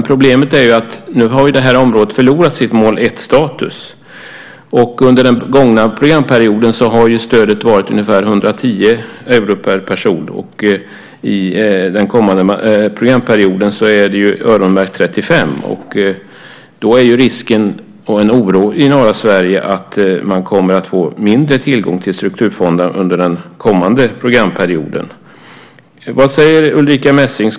Problemet är att området nu har förlorat sin mål 1-status. Under den gångna programperioden har stödet varit ungefär 110 euro per person. Under den kommande programperioden är 35 euro öronmärkta. Då är risken och en oro i norra Sverige att man kommer att få mindre tillgång till strukturfonderna under den kommande programperioden. Vad säger Ulrica Messing?